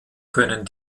können